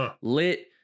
lit